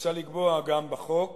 מוצע לקבוע גם בחוק